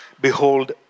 Behold